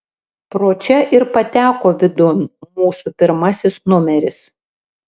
pro čia ir pateko vidun mūsų pirmasis numeris